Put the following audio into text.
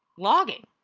logging.